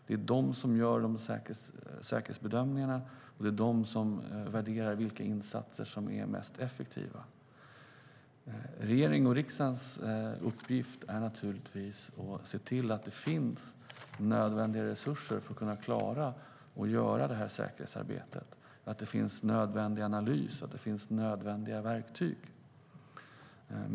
Det är de som gör säkerhetsbedömningarna och värderar vilka insatser som är mest effektiva. Regeringens och riksdagens uppgift är naturligtvis att se till att det finns nödvändiga resurser för att klara att göra säkerhetsarbetet, att det finns nödvändig analys och nödvändiga verktyg.